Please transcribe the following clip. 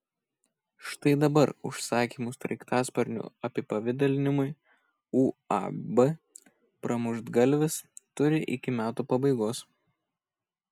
štai dabar užsakymų sraigtasparnių apipavidalinimui uab pramuštgalvis turi iki metų pabaigos